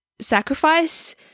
sacrifice